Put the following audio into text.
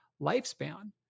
lifespan